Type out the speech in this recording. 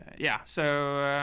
yeah. so, ah,